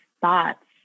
thoughts